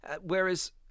Whereas